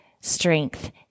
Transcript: strength